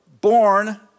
born